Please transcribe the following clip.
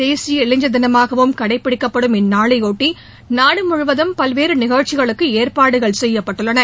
தேசிய இளைஞர் தினமாகவும் கடைபிடிக்கப்படும் இந்நாளையொட்டி நாடு முழுவதும் பல்வேறு நிகழ்ச்சிகளுக்கு ஏற்பாடுகள் செய்யப்பட்டுள்ளன